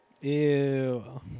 Ew